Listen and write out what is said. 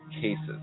cases